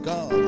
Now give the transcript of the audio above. God